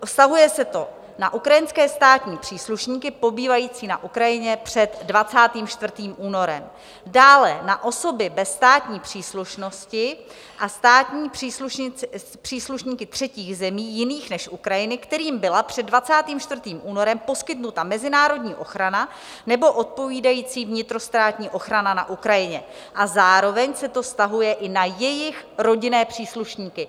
Vztahuje se to na ukrajinské státní příslušníky pobývající na Ukrajině před 24. únorem, dále na osoby bez státní příslušnosti a státní příslušníky třetích zemí, jiných než z Ukrajiny, kterým byla před 24. únorem poskytnuta mezinárodní ochrana nebo odpovídající vnitrostátní ochrana na Ukrajině, a zároveň se to vztahuje i na jejich rodinné příslušníky.